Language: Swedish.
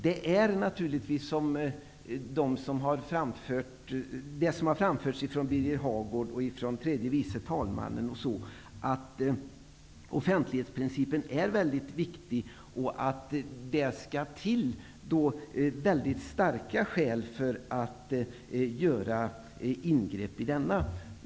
Det är naturligtvis på det sättet, som har framförts från Birger Hagård och från tredje vice talman Bertil Fiskesjö, att offentlighetsprincipen är mycket viktig och att det skall till mycket starka skäl för att göra ingrepp i den.